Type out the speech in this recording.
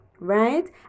Right